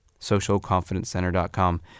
socialconfidencecenter.com